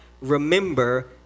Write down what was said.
remember